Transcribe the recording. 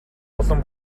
улам